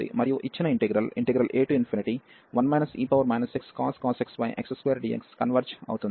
మరియు ఇచ్చిన integral a1 e xcos x x2dx converge అవుతుంది